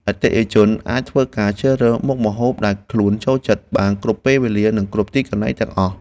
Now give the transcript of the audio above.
អតិថិជនអាចធ្វើការជ្រើសរើសមុខម្ហូបដែលខ្លួនចូលចិត្តបានគ្រប់ពេលវេលា និងគ្រប់ទីកន្លែងទាំងអស់។